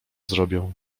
zrobię